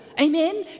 amen